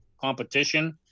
competition